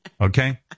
Okay